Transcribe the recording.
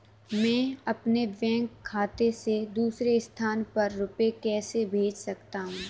मैं अपने बैंक खाते से दूसरे स्थान पर रुपए कैसे भेज सकता हूँ?